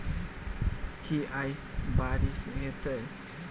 की आय बारिश हेतै?